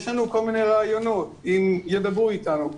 יש לנו כל מיני רעיונות, אם ידברו אתנו.